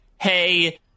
hey